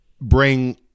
bring